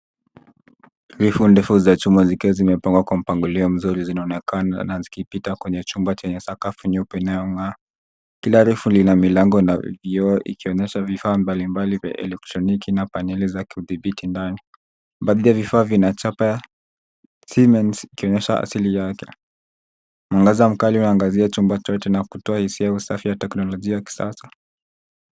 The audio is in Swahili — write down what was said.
Rifu ndefu za chuma, zikiwa zimepangwa kwa mpangilio mzuri, zinaonekana zikipita kwenye chumba chenye sakafu nyeupe inayong'aa. Kila rifu lina milango ya vioo, ikionyesha vifaa mbalimbali vya elektroniki na paneli za kudhibiti ndani. Baadhi ya vifaa vina chapa ya Siemens , ikionyesha asili yake. Mwangaza mkali unaangazia chumba chote, na kutoa hisia ya usafi na teknolojia ya kisasa.